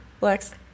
Lex